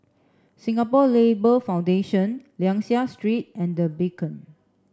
Singapore Labour Foundation Liang Seah Street and The Beacon